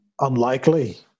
unlikely